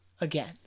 again